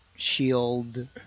shield